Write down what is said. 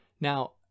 now